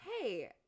hey